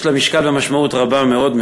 יש לו משקל ומשמעות רבה מאוד.